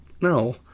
no